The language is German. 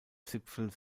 zipfel